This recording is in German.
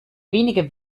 weniger